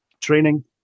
training